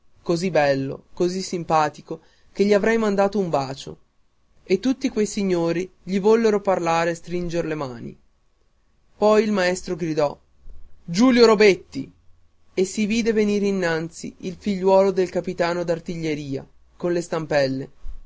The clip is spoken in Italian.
così bello così simpatico che gli avrei mandato un bacio e tutti quei signori gli vollero parlare e stringer le mani poi il maestro gridò giulio robetti e si vide venire innanzi il figliuolo del capitano d'artiglieria con le stampelle